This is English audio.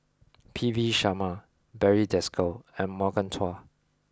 P V Sharma Barry Desker and Morgan Chua